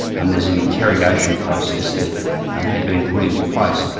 um there's an interrogation process that had been put into place.